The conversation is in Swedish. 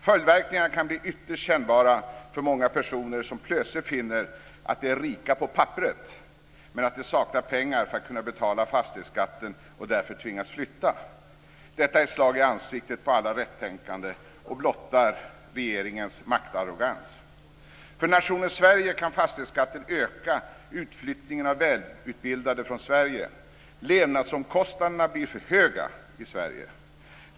Följdverkningarna kan bli ytterst kännbara för många personer som plötsligt finner att de är rika på papperet men att de saknar pengar för att kunna betala fastighetsskatten och därför tvingas flytta. Detta är ett slag i ansiktet på alla rättänkande och blottar regeringens maktarrogans. För nationen Sverige kan fastighetsskatten öka utflyttningen av välutbildade från Sverige. Levnadsomkostnaderna blir för höga i Sverige.